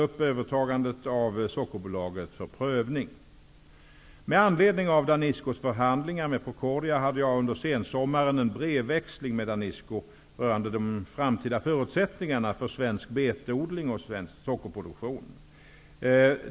Procordia hade jag under sensommaren en brevväxling med Danisco rörande de framtida förutsättningarna för svensk betodling och svensk sockerproduktion.